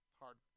hard